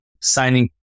signing